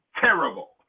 Terrible